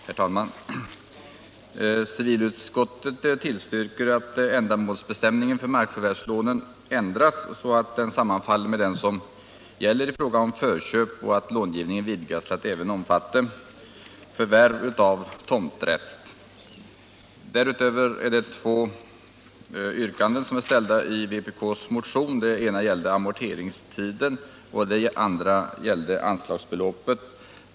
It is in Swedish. Herr talman! Civilutskottet tillstyrker i betänkandet nr 22 att ändamålsbestämningen för markförvärvslånen ändras så att den sammanfaller med den som gäller i fråga om förköp och att långivningen vidgas till att även omfatta förvärv av tomträtt. Därutöver behandlas två yrkanden ställda i vpk:s motion. Det ena gällde amorteringstiden och det andra anslagsbeloppet.